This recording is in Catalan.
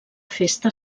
festa